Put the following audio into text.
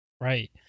Right